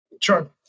Sure